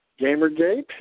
Gamergate